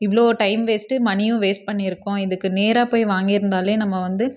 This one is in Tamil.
இவ்வளோ டைம் வேஸ்ட்டு மணியும் வேஸ்ட் பண்ணியிருக்கோம் இதுக்கு நேராக போய் வாங்கியிருந்தாலே நம்ம வந்து